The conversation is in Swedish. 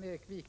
Fru